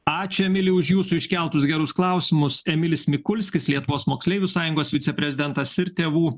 ačiū emili už jūsų iškeltus gerus klausimus emilis mikulskis lietuvos moksleivių sąjungos viceprezidentas ir tėvų